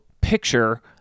picture